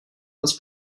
was